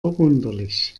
verwunderlich